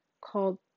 called